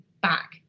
back